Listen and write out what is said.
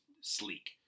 sleek